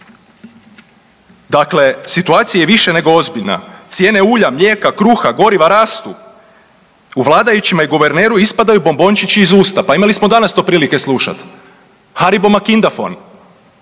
Dakle situacija je više nego ozbiljna. Cijene mlijeka, kruha, goriva rastu. U vladajućima i guverneru ispadaju bombončići iz usta pa imali smo danas to prilike slušat. Haribo makindafon.